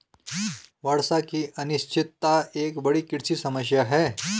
वर्षा की अनिश्चितता एक बड़ी कृषि समस्या है